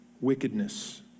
wickedness